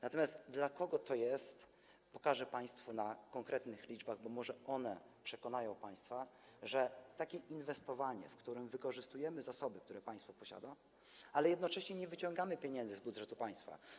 Natomiast dla kogo to jest, pokażę państwu na konkretnych liczbach, bo może one przekonają państwa, że jest to takie inwestowanie, w którym wykorzystujemy zasoby, które państwo posiada, ale jednocześnie nie wyciągamy pieniędzy z budżetu państwa.